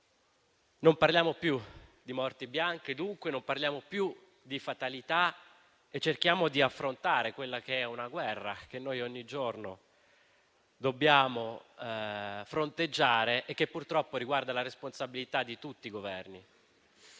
Non parliamo più dunque di morti bianche, né di fatalità. Cerchiamo di affrontare una guerra che ogni giorno dobbiamo fronteggiare e che purtroppo riguarda la responsabilità di tutti i Governi.